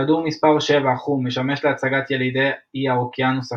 כדור מספר 7 - חום - משמש להצגת ילידי איי האוקיינוס השקט.